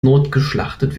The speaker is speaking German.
notgeschlachtet